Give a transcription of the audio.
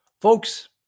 Folks